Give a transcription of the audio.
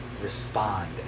respond